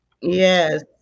Yes